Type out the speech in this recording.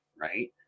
Right